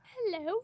Hello